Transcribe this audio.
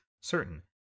certain